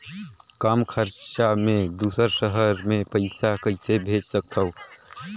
कम खरचा मे दुसर शहर मे पईसा कइसे भेज सकथव?